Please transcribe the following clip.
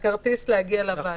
כרטיס שמגיע לוועדה,